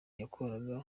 yakoraga